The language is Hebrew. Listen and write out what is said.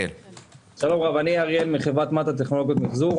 שלום, אני אריאל מחברת מט"א טכנולוגיות מחזור.